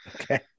Okay